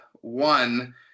One